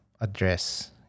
address